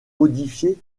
modifier